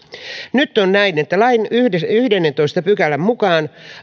nyt on näin että lain yhdennentoista pykälän mukaan